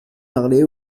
parlé